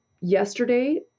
yesterday